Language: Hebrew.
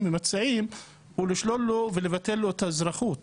ומציעים היא לשלול לו ולבטל לו את האזרחות שלו.